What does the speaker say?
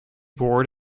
board